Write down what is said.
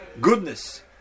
goodness